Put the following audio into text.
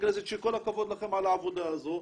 הכנסת שכל הכבוד לכם על העבודה הזו?